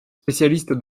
spécialiste